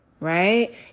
right